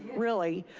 really.